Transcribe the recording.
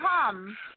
come